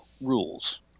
rules